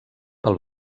pel